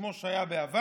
כמו שהיה בעבר.